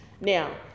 Now